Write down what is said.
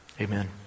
Amen